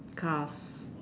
cars